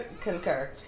concur